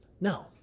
No